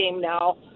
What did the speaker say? now